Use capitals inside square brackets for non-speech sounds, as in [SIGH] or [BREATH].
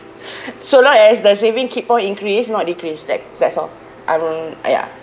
[BREATH] so long as the saving keep on increase not decrease that that's all um ya